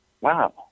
wow